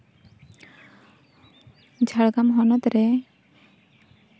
ᱡᱷᱟᱲᱜᱨᱟᱢ ᱦᱚᱱᱚᱛ ᱨᱮ